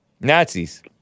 Nazis